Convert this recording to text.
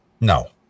No